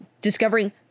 discovering